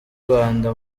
rwanda